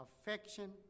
affection